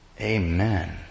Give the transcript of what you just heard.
amen